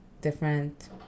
Different